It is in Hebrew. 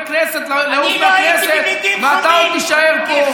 כנסת לעוף מהכנסת ואתה עוד תישאר פה.